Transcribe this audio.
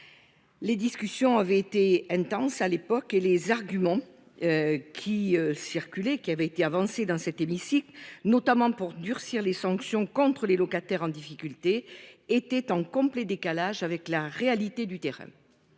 Les discussions avaient été intense à l'époque et les arguments. Qui circulaient, qui avait été avancé dans cet hémicycle notamment pour durcir les sanctions contre les locataires en difficulté était en complet décalage avec la réalité du terrain.